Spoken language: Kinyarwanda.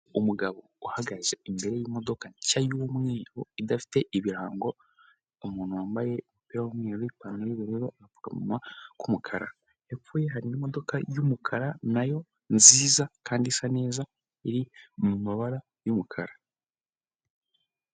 Umugabo uhagaze imbere y'imodoka nshya y'umweru idafite ibirango, umuntu wambaye umupira w'umweru n'ipantaro y'ubururu n'agapfukamunwa k'umukara. Hepfo ye hari imodoka y'umukara na yo nziza kandi isa neza, iri mu mabara y'umukara.